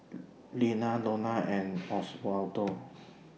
Lyanna Iona and Osvaldo